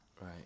right